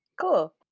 Cool